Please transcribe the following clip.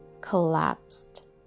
collapsed